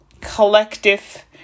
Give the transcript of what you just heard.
collective